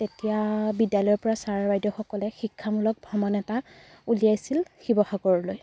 তেতিয়া বিদ্যালয়ৰপৰা ছাৰ বাইদেউসকলে শিক্ষামূলক ভ্ৰমণ এটা উলিয়াছিল শিৱসাগৰলৈ